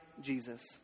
Jesus